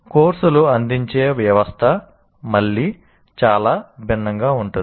కోర్సులు అందించే వ్యవస్థ మళ్ళీ చాలా భిన్నంగా ఉంటుంది